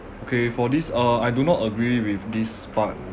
okay for this uh I do not agree with this part